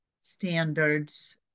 standards